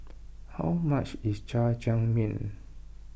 how much is Jajangmyeon